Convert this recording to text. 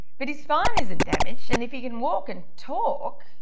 but his spine isn't damaged and if he can walk and talk?